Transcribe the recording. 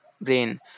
brain